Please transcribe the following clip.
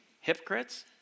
hypocrites